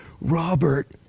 Robert